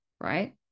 right